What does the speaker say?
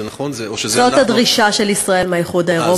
זה נכון או, זאת הדרישה של ישראל מהאיחוד האירופי.